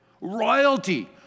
Royalty